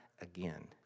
again